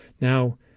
Now